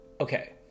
Okay